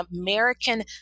American